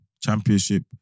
championship